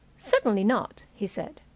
certainly not, he said.